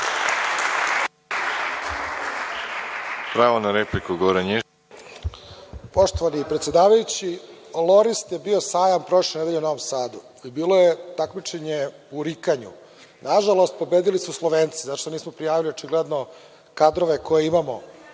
Goran Ješić. **Goran Ješić** Poštovani predsedavajući, Lorist je bio sajam prošle nedelje u Novom Sadu i bilo je takmičenje u rikanju. Nažalost, pobedili su Slovenci, zato što nismo prijavili, očigledno kadrove koje imamo